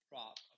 Prop